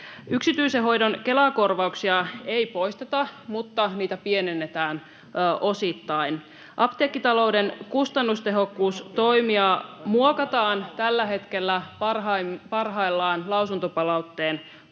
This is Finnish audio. Yksityisen hoidon Kela-korvauksia ei poisteta, mutta niitä pienennetään osittain. Apteekkita-louden kustannustehokkuustoimia muokataan tällä hetkellä parhaillaan lausuntopalautteen pohjalta.